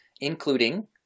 including